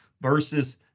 versus